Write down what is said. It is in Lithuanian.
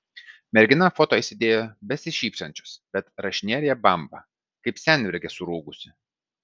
mergina foto įsidėjo besišypsančios bet rašinėlyje bamba kaip senmergė surūgusi